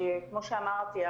כמו שאמרתי,